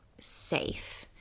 safe